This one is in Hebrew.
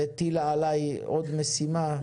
והטלת עליי עוד משימה,